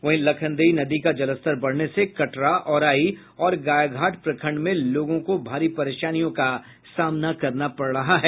वहीं लखनदेई नदी का जलस्तर बढ़ने से कटरा औराई और गायघाट प्रखंड में लोगों को भारी परेशानियों का सामना करना पड़ रहा है